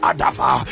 Adava